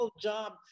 job